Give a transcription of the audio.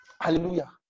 Hallelujah